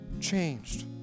changed